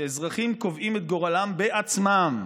שאזרחים קובעים את גורלם בעצמם.